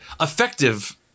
effective